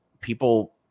people